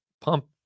Pump